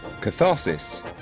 Catharsis